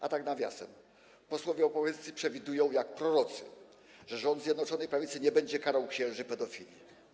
A tak nawiasem, posłowie opozycji przewidują jak prorocy, że rząd Zjednoczonej Prawicy nie będzie karał księży pedofilów.